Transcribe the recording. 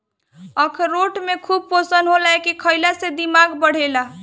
अखरोट में खूब पोषण होला एके खईला से दिमाग बढ़ेला